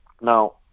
Now